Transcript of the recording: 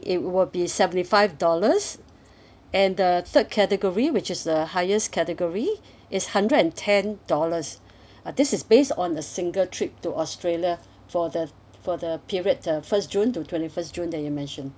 it will be seventy five dollars and the third category which is the highest category it's hundred and ten dollars uh this is based on the single trip to australia for the for the period the first june to twenty first june that you mentioned